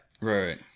Right